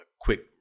quick